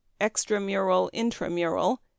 Extramural-Intramural